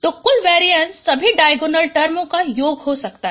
तो कुल वेरीएंस सभी डायगोनल टर्म्स का योग हो सकता है